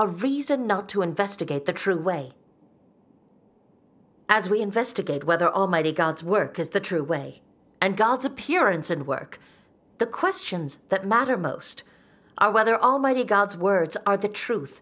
a reason not to investigate the true way as we investigate whether almighty god's work is the true way and god's appearance and work the questions that matter most are whether almighty god's words are the truth